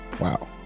Wow